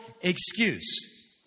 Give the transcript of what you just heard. excuse